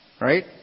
right